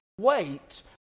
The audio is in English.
wait